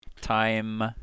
Time